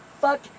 Fuck